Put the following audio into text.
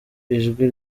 ijwi